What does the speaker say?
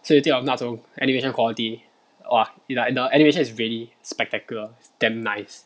so you think of 那种 animation quality !wah! it's like the anime is really spectacular damn nice